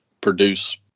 produce